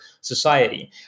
society